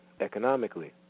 economically